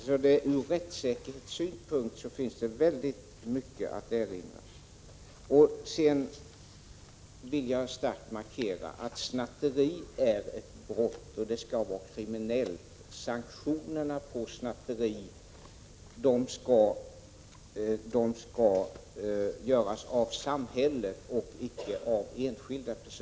Så ur rättssäkerhetssynpunkt finns det mycket att erinra mot förslaget. Jag vill starkt markera att snatteri är någonting kriminellt, ett brott. Sanktioner på snatteri skall bestämmas av samhället och inte av enskilda personer.